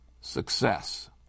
success